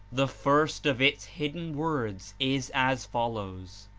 the first of its hidden words' is as follows